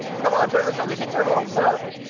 come on, turn to somebody, get your hopes up.